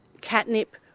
catnip